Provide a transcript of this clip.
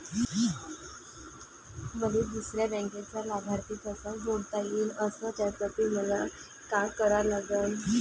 मले दुसऱ्या बँकेचा लाभार्थी कसा जोडता येईन, अस त्यासाठी मले का करा लागन?